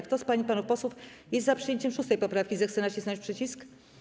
Kto z pań i panów posłów jest za przyjęciem 6. poprawki, zechce nacisnąć przycisk.